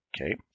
okay